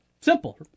Simple